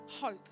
hope